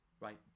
right